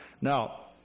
Now